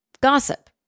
gossip